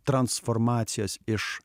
transformacijos iš